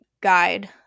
guide